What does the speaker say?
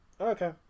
Okay